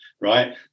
right